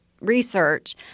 research